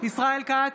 ישראל כץ,